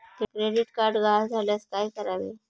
Credit card गहाळ झाल्यास काय करावे?